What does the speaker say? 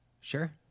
Sure